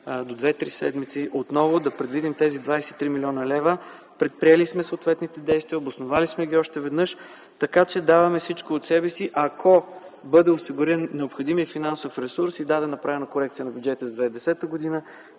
до две-три седмици, отново да предвидим тези 23 млн. лв. Предприели сме съответните действия, обосновали сме ги още веднъж, така че даваме всичко от себе си. Ако бъде осигурен необходимият финансов ресурс и бъде направена корекция на бюджета за 2010 г.,